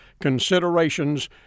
considerations